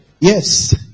Yes